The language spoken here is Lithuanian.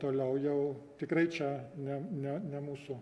toliau jau tikrai čia ne ne ne mūsų